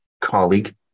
colleague